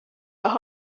over